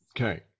Okay